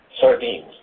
sardines